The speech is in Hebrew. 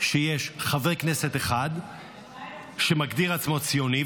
שיש חבר כנסת אחד שמגדיר עצמו כציוני,